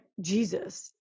Jesus